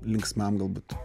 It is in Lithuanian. linksmam galbūt